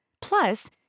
Plus